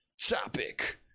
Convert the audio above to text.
topic